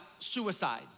suicide